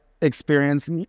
experience